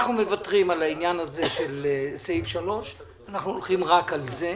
אנחנו מוותרים על העניין של סעיף 3. אנחנו הולכים רק על זה.